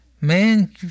Man